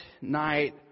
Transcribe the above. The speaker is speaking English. night